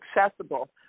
accessible